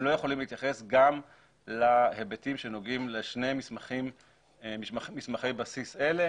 הם לא יכולים להתייחס גם להיבטים שנוגעים לשני מסמכי בסיס אלה,